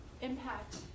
impact